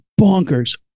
bonkers